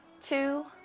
two